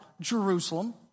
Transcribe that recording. Jerusalem